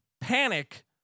panic